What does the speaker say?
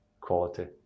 Quality